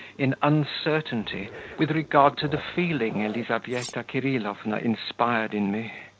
in uncertainty with regard to the feeling elizaveta kirillovna inspired in me.